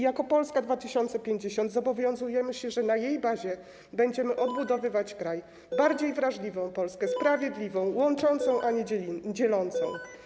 Jako Polska 2050 zobowiązujemy się, że na jej bazie będziemy odbudowywać kraj, bardziej wrażliwą Polskę, sprawiedliwą, łączącą, a nie dzielącą.